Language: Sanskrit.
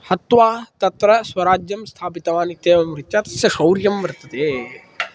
हत्वा तत्र स्वराज्यं स्थापितवान् इत्येवं रीत्या तस्य शौर्यं वर्तते